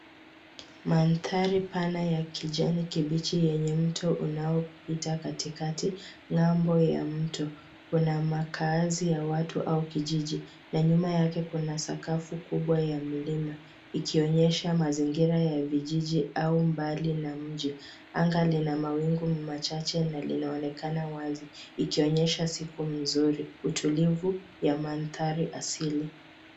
Manthari pana ya kijani kibichi yenye mto unaopita katikati. Ng'ambo ya mto, una makaazi ya watu au kijiji na nyuma yake kuna sakafu kubwa ya mlima, ikionyesha mazingira ya vijiji au mbali na mji. Anga lina mawingu machache na linaonekana wazi ,ikionyesha siku mzuri. Utulivu ya manthari asili.